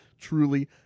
truly